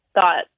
thought